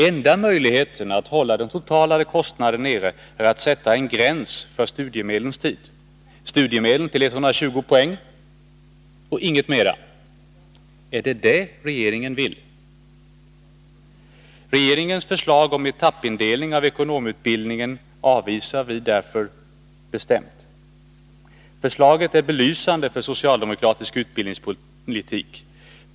Enda möjligheten att hålla den totala kostnaden nere är att sätta en gräns för studiemedlens tid — studiemedel till 120 poäng och inget mera. Är det detta regeringen vill? Regeringens förslag om etappindelning av ekonomutbildningen avvisar vi moderater bestämt. Förslaget är belysande för socialdemokratisk utbildningspolitik.